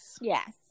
Yes